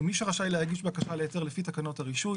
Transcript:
מי שרשאי להגיש בקשה להיתר לפי תקנות הרישוי,